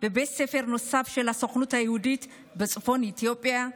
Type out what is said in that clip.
בבית ספר נוסף של הסוכנות היהודית בצפון אתיופיה,